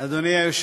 המדינה (תיקוני חקיקה)